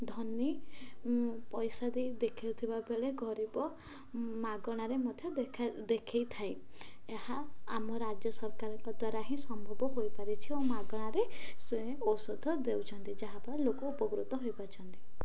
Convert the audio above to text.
ଧନୀ ପଇସା ଦେଇ ଦେଖେଉଥିବା ବେଳେ ଗରିବ ମାଗଣାରେ ମଧ୍ୟ ଦେଖାଇଥାଏ ଏହା ଆମ ରାଜ୍ୟ ସରକାରଙ୍କ ଦ୍ୱାରା ହିଁ ସମ୍ଭବ ହୋଇପାରିଛି ଓ ମାଗଣାରେ ସେ ଔଷଧ ଦେଉଛନ୍ତି ଯାହାଫରେ ଲୋକ ଉପକୃତ ହୋଇପାରୁଛନ୍ତି